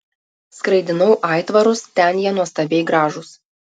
skraidinau aitvarus ten jie nuostabiai gražūs